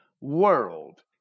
world